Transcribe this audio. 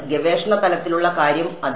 ഗവേഷണ തലത്തിലുള്ള കാര്യം അതെ